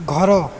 ଘର